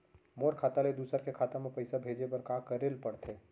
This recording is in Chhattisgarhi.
मोर खाता ले दूसर के खाता म पइसा भेजे बर का करेल पढ़थे?